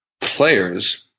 players